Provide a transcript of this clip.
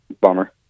bummer